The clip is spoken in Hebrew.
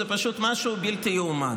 זה פשוט משהו בלתי ייאמן.